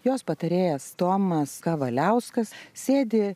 jos patarėjas tomas kavaliauskas sėdi